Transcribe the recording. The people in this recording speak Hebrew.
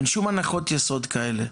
אין שום הנחות יסוד כאלה.